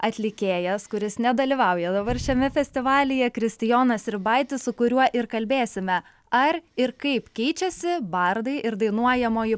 atlikėjas kuris nedalyvauja dabar šiame festivalyje kristijonas ribaitis su kuriuo ir kalbėsime ar ir kaip keičiasi bardai ir dainuojamoji